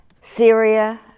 Syria